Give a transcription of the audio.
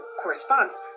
corresponds